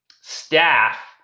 staff